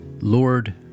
Lord